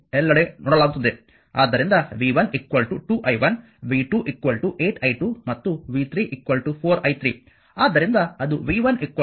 ಆದ್ದರಿಂದ v 1 2 i1 v 2 8 i2 ಮತ್ತು v 3 4 i3